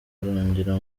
arongora